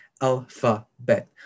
Alphabet